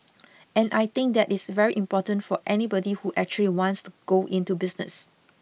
and I think that is very important for anybody who actually wants to go into business